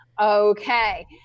Okay